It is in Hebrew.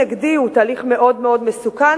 נגדי" הוא תהליך מאוד מסוכן,